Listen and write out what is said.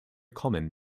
common